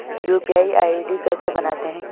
UPI ID कैसे बनाते हैं?